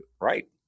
Right